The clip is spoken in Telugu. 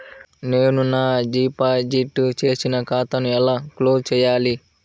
నేను నా డిపాజిట్ చేసిన ఖాతాను ఎలా క్లోజ్ చేయాలి?